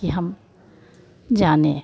कि हम जानें